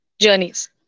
journeys